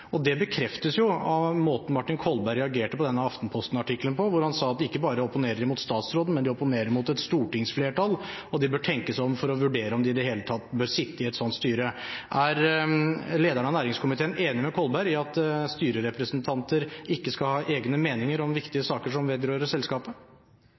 bekreftes av måten Martin Kolberg reagerte på Aftenposten-artikkelen på. Han sa at ikke bare opponerer de mot statsråden, men de opponerer mot et stortingsflertall, og de bør tenke seg om for å vurdere om de i det hele tatt bør sitte i et slikt styre. Er lederen av næringskomiteen enig med Kolberg i at styrerepresentanter ikke skal ha egne meninger om